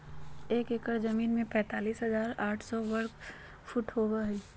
एक एकड़ जमीन में तैंतालीस हजार पांच सौ साठ वर्ग फुट होबो हइ